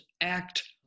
act